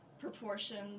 proportions